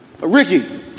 Ricky